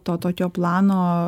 to tokio plano